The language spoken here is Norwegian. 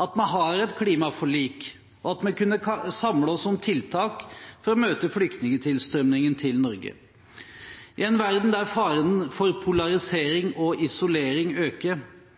at vi har et klimaforlik og at vi kunne samle oss om tiltak for å møte flyktningtilstrømningen til Norge. I en verden der faren for polarisering og isolering øker,